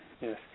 yes